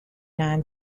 nan